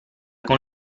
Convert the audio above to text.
con